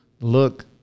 look